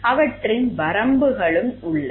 அவற்றின் வரம்புகளும் உள்ளன